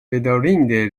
bedaŭrinde